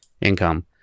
income